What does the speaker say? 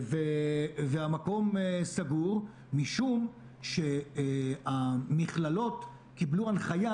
המקום סגור משום שהמכללות קיבלו הנחייה